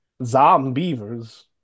Zombievers